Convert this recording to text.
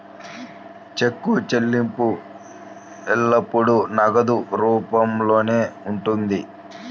చెక్కు చెల్లింపు ఎల్లప్పుడూ నగదు రూపంలోనే ఉంటుంది